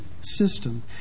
system